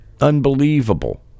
unbelievable